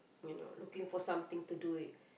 you know looking for something to do